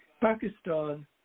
Pakistan